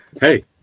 Hey